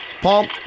Paul